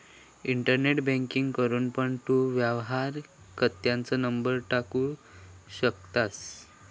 internet banking करूक पण तू व्यवहार खात्याचो नंबर टाकू शकतंस